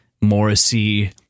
Morrissey